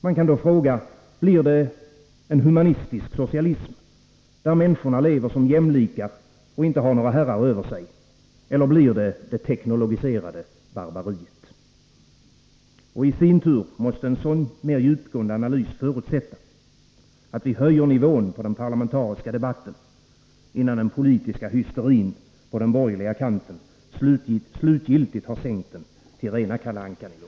Man kan då fråga: Blir det en humanistisk socialism, där människorna lever som jämlikar och inte har några herrar över sig, eller blir det det teknologiserade barbariet? Och i sin tur måste en sådan djupgående analys förutsätta att vi höjer nivån på den parlamentariska debatten, innan den politiska hysterin på den borgerliga kanten slutgiltigt har sänkt den till rena Kalle Anka-nivån.